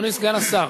אדוני סגן השר,